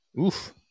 Oof